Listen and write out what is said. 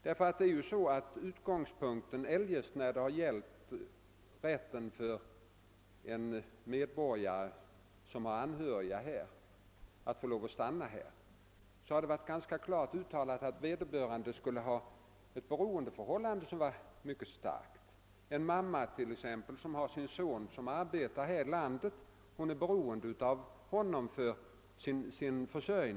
När man eljest haft att bedöma huruvida en medborgare, som har anhöriga i vårt land, skall få lov att stanna här har det varit ganska klart uttalat att härför skulle fordras att vederbörande har ett mycket starkt beroendeförhållande. Det kan t.ex. gälla en mor med en son som arbetar i Sverige, varigenom hon är beroende av denne för sin utkomst.